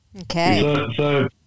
Okay